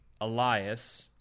Elias